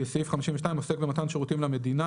סעיף 52 עוסק במתן שירותים למדינה,